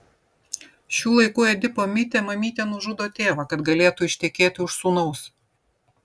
šių laikų edipo mite mamytė nužudo tėvą kad galėtų ištekėti už sūnaus